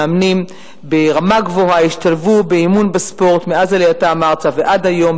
מאמנים ברמה גבוהה השתלבו באימון בספורט מאז עלייתם ארצה ועד היום,